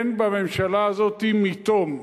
אין בממשלה הזאת מתום.